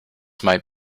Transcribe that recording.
might